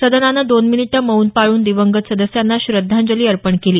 सदनानं दोन मिनिटं मौन पाळून दिवंगत सदस्यांना श्रद्धांजली अर्पण केली